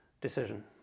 decision